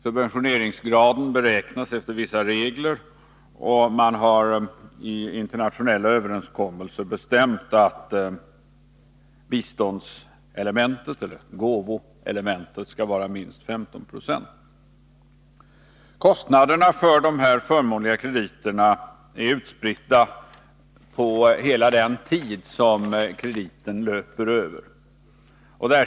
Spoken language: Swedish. Subventioneringsgraden beräknas efter vissa regler, och man hari internationella överenskommelser bestämt att gåvoelementet skall vara minst 15 96. Kostnaderna för dessa förmånliga krediter är utspridda på hela den tid som krediten löper över.